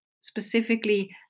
specifically